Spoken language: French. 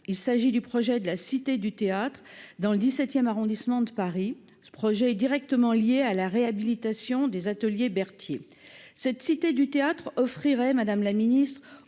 il s'agit du projet de la Cité du théâtre dans le 17ème arrondissement de Paris, ce projet est directement lié à la réhabilitation des Ateliers Berthier, cette cité du théâtre offrirait, Madame la Ministre,